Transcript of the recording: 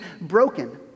broken